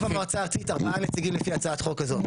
במועצה הארצית ארבעה נציגים לפי הצעת החוק הזאת,